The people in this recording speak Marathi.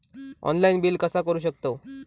ऑनलाइन बिल कसा करु शकतव?